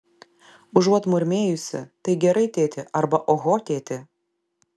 užuot murmėjusi tai gerai tėti arba oho tėti